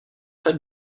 très